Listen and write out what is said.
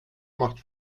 macht